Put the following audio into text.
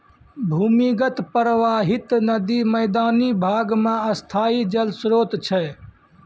भूमीगत परबाहित नदी मैदानी भाग म स्थाई जल स्रोत छै